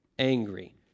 angry